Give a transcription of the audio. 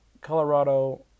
Colorado